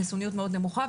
חיסוניות מאוד נמוכה,